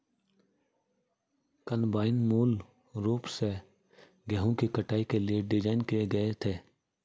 combine मूल रूप से गेहूं की कटाई के लिए डिज़ाइन किए गए थे